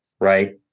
right